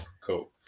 Cool